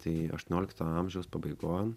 tai aštuoniolikto amžiaus pabaigon